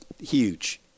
huge